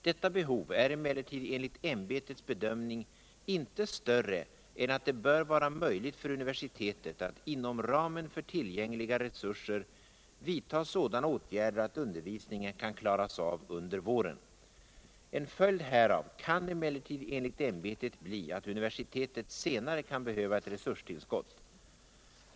Detta behov är emellertid enligt ämbetets bedömning inte större än att det bör vara möjligt för universitetet att inom ramen för tillgängliga resurser vidta sådana åtgärder att undervisningen kan klaras av under våren. En följd härav kan emellertid enligt ämbetet bli att universitetet senare kan behöva ett resurstillskott.